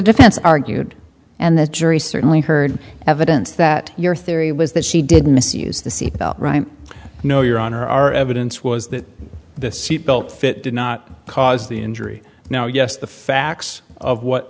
defense argued and the jury certainly heard evidence that your theory was that she didn't misuse the c no your honor our evidence was that the seatbelt fit did not cause the injury now yes the facts of what